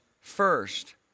first